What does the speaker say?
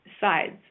sides